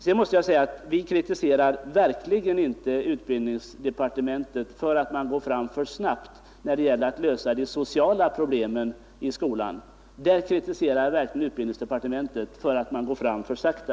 Vi kritiserar vidare verkligen inte utbildningsdepartementet för att man där går fram för snabbt när det gäller att lösa de sociala problemen i skolan. Däremot kritiserar vi utbildningsdepartementet för att man går fram för sakta.